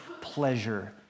pleasure